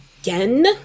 again